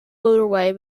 motorway